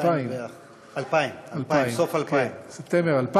2000. 2000. סוף 2000. מספטמבר 2000